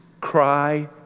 cry